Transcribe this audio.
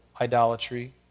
idolatry